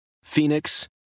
Phoenix